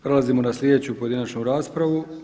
Prelazimo na sljedeću pojedinačnu raspravu.